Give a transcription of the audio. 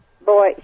boy